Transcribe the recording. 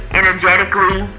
energetically